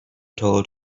told